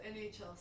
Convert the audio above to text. NHL